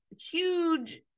huge